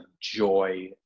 joy